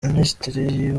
minisitiri